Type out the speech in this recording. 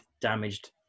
damaged